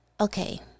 Okay